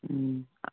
ꯎꯝ